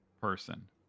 person